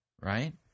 Right